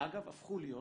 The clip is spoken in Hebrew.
שאגב הפכו להיות